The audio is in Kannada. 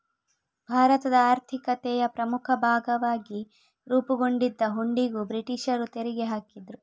ಭಾರತದ ಆರ್ಥಿಕತೆಯ ಪ್ರಮುಖ ಭಾಗವಾಗಿ ರೂಪುಗೊಂಡಿದ್ದ ಹುಂಡಿಗೂ ಬ್ರಿಟೀಷರು ತೆರಿಗೆ ಹಾಕಿದ್ರು